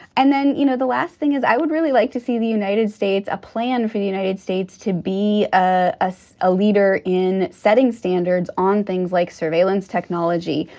and then, you know, the last thing is i would really like to see the united states, a plan for the united states to be a as a leader in setting standards on things like surveillance technology.